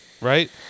Right